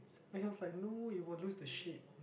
and he was like no it will lose the shape